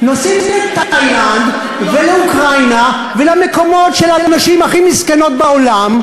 נוסעים לתאילנד ולאוקראינה ולמקומות של הנשים הכי מסכנות בעולם,